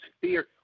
fear